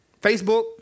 Facebook